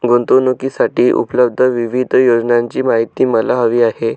गुंतवणूकीसाठी उपलब्ध विविध योजनांची माहिती मला हवी आहे